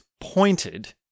pointed